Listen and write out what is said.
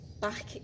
back